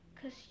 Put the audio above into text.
cause